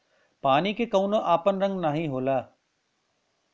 पानी के कउनो आपन रंग नाही होला